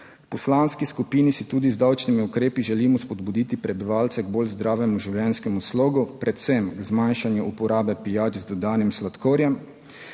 poslanski skupini si tudi z davčnimi ukrepi želimo spodbuditi prebivalce k bolj zdravemu življenjskemu slogu, predvsem k zmanjšanju uporabe pijač z dodanim sladkorjem,